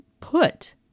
put